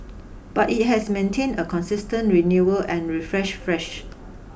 but it has maintained a consistent renewal and refresh fresh